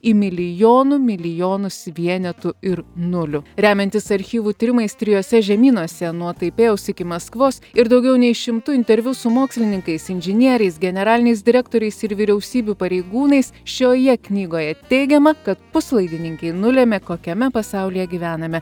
į milijonų milijonus vienetų ir nulių remiantis archyvų tyrimais trijuose žemynuose nuo taipėjaus iki maskvos ir daugiau nei šimtu interviu su mokslininkais inžinieriais generaliniais direktoriais ir vyriausybių pareigūnais šioje knygoje teigiama kad puslaidininkiai nulemia kokiame pasaulyje gyvename